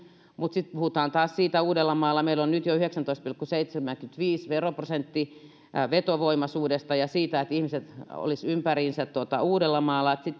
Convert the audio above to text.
mutta sitten puhutaan taas meillä on nyt jo yhdeksäntoista pilkku seitsemänkymmentäviisi veroprosentti vetovoimaisuudesta ja siitä että ihmiset olisivat ympäriinsä uudellamaalla ja